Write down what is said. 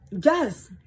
yes